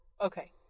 Okay